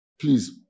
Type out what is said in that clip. please